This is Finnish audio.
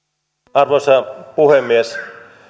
arvoisa puhemies